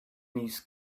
these